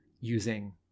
using